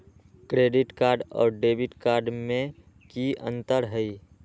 Credit card और debit card में की अंतर हई?